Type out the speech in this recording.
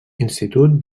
institut